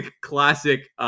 classic